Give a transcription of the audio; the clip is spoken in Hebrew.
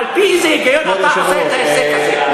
על-פי איזה היגיון אתה עושה את ההיקש הזה?